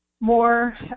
more